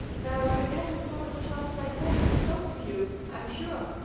now, you never thought a chance like that would come to you, i'm sure,